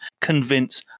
convince